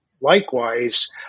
likewise